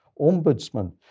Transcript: Ombudsman